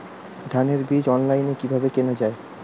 ধানের বীজ অনলাইনে কিভাবে কেনা যায়?